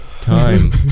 time